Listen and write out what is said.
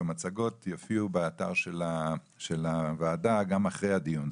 המצגות יופיעו באתר של הוועדה גם אחרי הדיון.